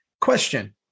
Question